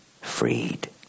freed